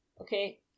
Okay